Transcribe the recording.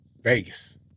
Vegas